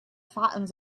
fattens